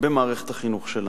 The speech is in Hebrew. במערכת החינוך שלנו.